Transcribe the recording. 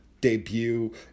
debut